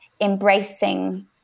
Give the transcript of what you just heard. embracing